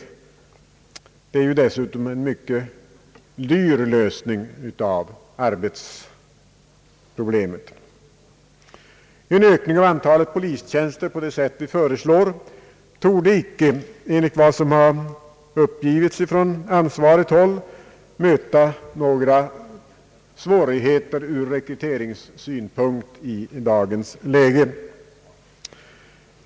Övertidsarbete är dessutom en mycket dyr lösning av arbetsproblemet. En ökning av antalet polistjänster på det sätt vi föreslår torde icke, enligt vad som uppgivits från ansvarigt håll, möta några svårigheter ur rekryteringssynpunkt i dagens läge.